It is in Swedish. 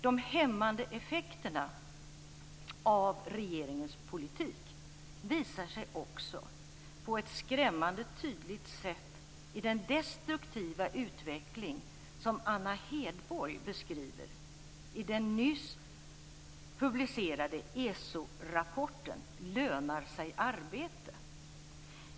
De hämmande effekterna av regeringens politik visar sig också på ett skrämmande tydligt sätt i den destruktiva utveckling som Anna Hedborg beskriver i den nyligen publicerade ESO-rapporten Lönar sig arbete?